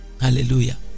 Hallelujah